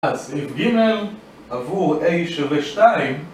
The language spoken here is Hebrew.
אז אם ג' עבור a שווה 2